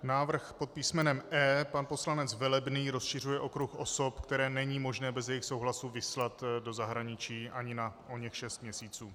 Návrh pod písmenem E, pan poslanec Velebný, rozšiřuje okruh osob, které není možné bez jejich souhlasu vyslat do zahraničí ani na oněch šest měsíců.